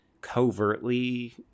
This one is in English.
covertly